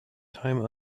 time